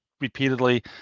repeatedly